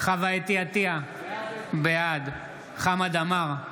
חוה אתי עטייה, בעד חמד עמאר,